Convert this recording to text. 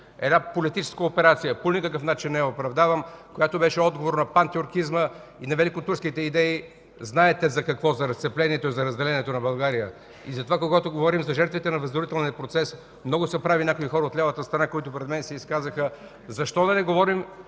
една политическа операция – по никакъв начин не я оправдавам – която беше отговор на пантюркизма и на великотурските идеи, знаете за какво – за разцеплението, за разделението на България! Затова когато говорим за жертвите на възродителния процес, много са прави някои хора от лявата страна, които пред мен се изказаха – „Защо да не говорим